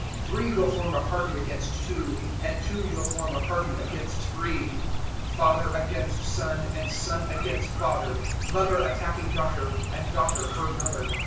three will form a party against two and two will form a party against three father against son and son against father mother attacking daughter and daughter her mother,